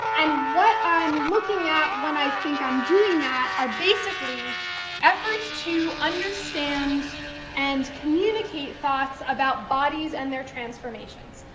and what i'm looking at when i think i'm doing that are basically efforts to understand and communicate thoughts about bodies and their transformations.